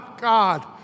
God